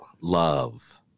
Love